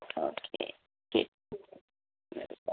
okay ശരി welcome